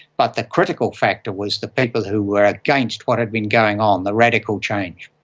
but the critical factor was the people who were against what had been going on, the radical change,